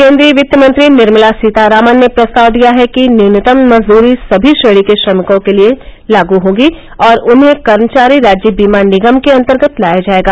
केन्द्रीय वित्तमंत्री निर्मला सीतारामन ने प्रस्ताव दिया है कि न्यूनतम मजदूरी सभी श्रेणी के श्रमिकों के लिए लागू होगी और उन्हें कर्मचारी राज्य बीमा निगम के अंतर्गत लाया जाएगा